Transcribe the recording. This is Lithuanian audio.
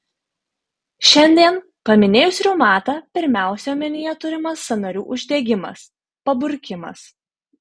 šiandien paminėjus reumatą pirmiausia omenyje turimas sąnarių uždegimas paburkimas